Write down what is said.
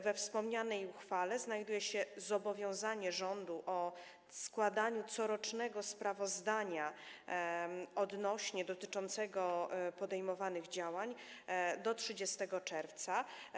We wspomnianej uchwale znajduje się zobowiązanie rządu do składania corocznego sprawozdania odnośnie do podejmowanych działań do 30 czerwca.